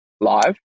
live